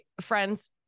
friends